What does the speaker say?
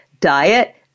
diet